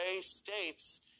states